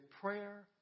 prayer